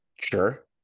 Sure